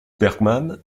bergman